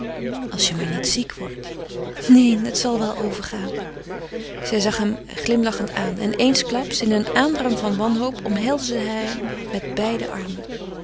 als je maar niet ziek wordt neen het zal wel overgaan zij zag hem glimlachend aan en eensklaps in een aandrang vol wanhoop omhelsde zij hem met beide armen